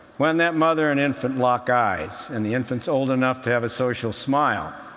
when that mother and infant lock eyes, and the infant's old enough to have a social smile,